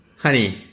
Honey